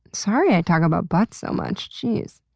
sorry i talk about butts so much, geez.